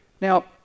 Now